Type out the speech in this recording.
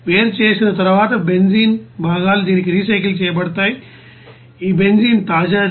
వేరు చేసిన తరువాత బెంజీన్ భాగాలు దీనికి రీసైకిల్ చేయబడతాయి ఈ బెంజీన్ తాజాది